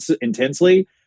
intensely